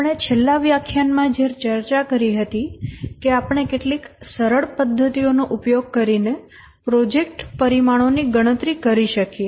આપણે છેલ્લા વ્યાખ્યાનમાં જે ચર્ચા કરી હતી કે આપણે કેટલીક સરળ પદ્ધતિનો ઉપયોગ કરીને પ્રોજેક્ટ પરિમાણોની ગણતરી કરી શકીએ